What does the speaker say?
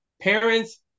parents